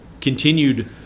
continued